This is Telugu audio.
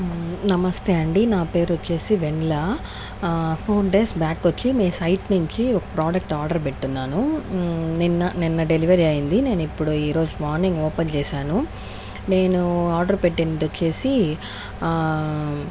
నమస్తే అండి నా పేరు వచ్చేసి వెన్నెల ఫోర్ డేస్ బ్యాక్ వచ్చి మీ సైట్ నుంచి ఒక ప్రోడక్ట్ ఆర్డర్ పెట్టుకున్నాను నిన్న నిన్న డెలివరీ అయింది నేను ఇప్పుడు ఈరోజు మార్నింగ్ ఓపెన్ చేశాను నేను ఆర్డర్ పెట్టింది వచ్చేసి